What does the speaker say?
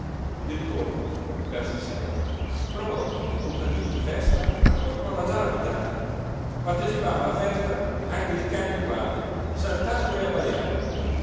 di ritorno verso sera trovò tutti i contadini in festa attorno alla giara abitata partecipava alla festa anche il cane di guardia saltando e abbajando